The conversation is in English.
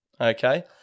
Okay